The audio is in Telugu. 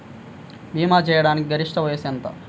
భీమా చేయాటానికి గరిష్ట వయస్సు ఎంత?